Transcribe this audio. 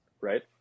right